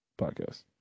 podcast